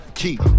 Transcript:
keep